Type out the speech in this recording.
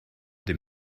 dem